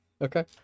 Okay